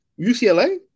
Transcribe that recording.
UCLA